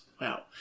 Wow